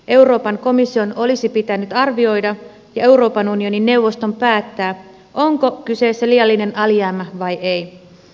euroopan komission olisi pitänyt arvioida ja euroopan unionin neuvoston päättää onko kyseessä liiallinen alijäämä vai ei